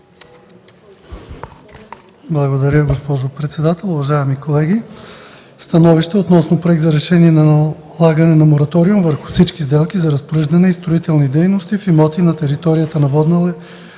Благодаря, госпожо председател. Уважаеми колеги! „СТАНОВИЩЕ относно Проект за решение за налагане на мораториум върху всички сделки на разпореждане и строителни дейности в имоти на територията на Водна